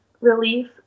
relief